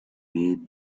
made